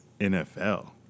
NFL